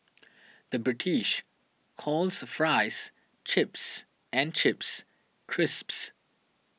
the British calls Fries Chips and Chips Crisps